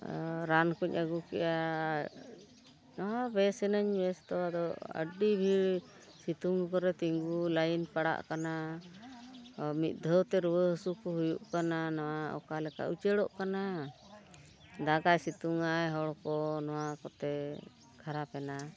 ᱨᱟᱱ ᱠᱚᱧ ᱟᱹᱜᱩ ᱠᱮᱜᱼᱟ ᱱᱚᱣᱟ ᱵᱮᱥ ᱮᱱᱟᱹᱧ ᱵᱮᱥ ᱫᱚ ᱟᱫᱚ ᱟᱹᱰᱤ ᱵᱷᱤᱲ ᱥᱤᱛᱩᱝ ᱠᱚᱨᱮ ᱛᱤᱸᱜᱩ ᱞᱟᱭᱤᱱ ᱯᱟᱲᱟᱜ ᱠᱟᱱᱟ ᱢᱤᱫ ᱫᱷᱟᱣ ᱛᱮ ᱨᱩᱣᱟᱹ ᱦᱟᱹᱥᱩ ᱠᱚ ᱦᱩᱭᱩᱜ ᱠᱟᱱᱟ ᱱᱚᱣᱟ ᱚᱠᱟ ᱞᱮᱠᱟ ᱩᱪᱟᱹᱲᱚᱜ ᱠᱟᱱᱟ ᱫᱟᱜᱟᱭ ᱥᱤᱛᱩᱝ ᱟᱭ ᱦᱚᱲ ᱠᱚ ᱱᱚᱣᱟ ᱠᱚᱛᱮ ᱠᱷᱟᱨᱟᱯ ᱮᱱᱟ